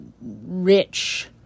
rich